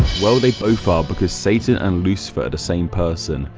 well they both are because satan and lucifer are the same person,